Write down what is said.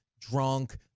drunk